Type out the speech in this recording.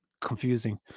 confusing